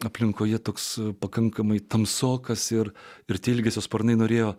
aplinkoje toks pakankamai tamsokas ir ir ilgesio sparnai norėjo